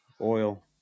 oil